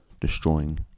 destroying